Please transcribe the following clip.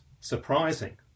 surprising